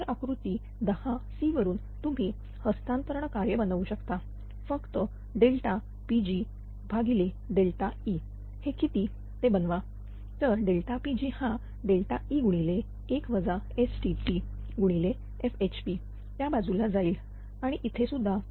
तर आकृती 10c वरून तुम्ही हस्तांतरण कार्य बनवू शकता फक्त PgE हे किती ते बनवा तर Pg हा E गुणिले 1 STt गुणिले FHP त्या बाजूला जाईल आणि इथे सुद्धा